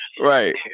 Right